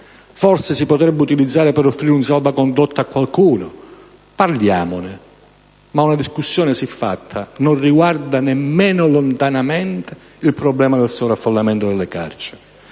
Forse lo si potrebbe utilizzare per offrire un salvacondotto a qualcuno; parliamone, ma una discussione siffatta non riguarda lontanamente il problema del sovraffollamento delle carceri.